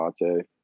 mate